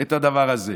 את הדבר הזה.